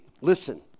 Listen